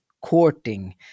courting